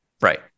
Right